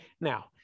now